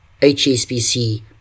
HSBC